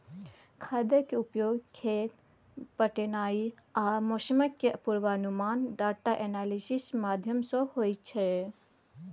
खादक उपयोग, खेत पटेनाइ आ मौसमक पूर्वानुमान डाटा एनालिसिस माध्यमसँ होइ छै